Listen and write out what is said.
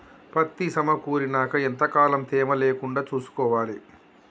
పత్తి సమకూరినాక ఎంత కాలం తేమ లేకుండా చూసుకోవాలి?